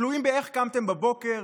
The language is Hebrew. תלויות באיך קמתם בבוקר?